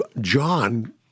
John